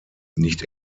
nicht